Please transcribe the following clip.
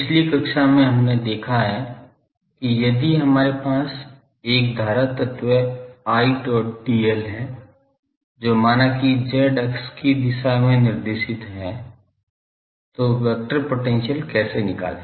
पिछली कक्षा में हमने देखा है कि यदि हमारे पास एक धारा तत्व Idl है जो माना कि z अक्ष की दिशा में निर्देशित है तो वेक्टर पोटेंशियल कैसे निकालें